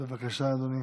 בבקשה, אדוני,